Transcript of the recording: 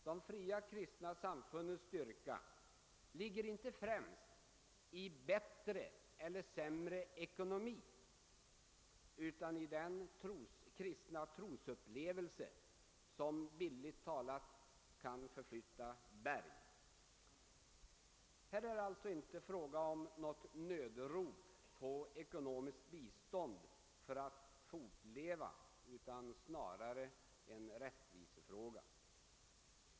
De fria kristna samfundens styrka ligger inte främst i bättre eller sämre ekonomi utan i den kristna trosupplevelse som bildligt talat kan förflytta berg. Här är det alltså inte fråga om något nödrop på ekonomiskt bistånd för att fortleva, utan det är snarare en rättvisefråga.